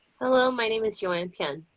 hello, my name is joanna pen.